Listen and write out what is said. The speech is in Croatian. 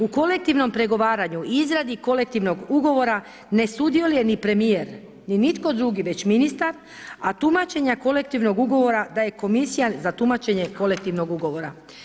U kolektivnom pregovaranju i izradi kolektivnog ugovora ne sudjeluje ni premije ni nitko drugi već ministar a tumačenja kolektivnog ugovora, daje komisija za tumačenje kolektivnog ugovora.